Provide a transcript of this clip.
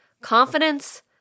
Confidence